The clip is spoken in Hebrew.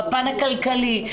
בפן הכלכלי,